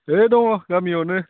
नै दङ गामियावनो